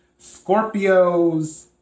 Scorpios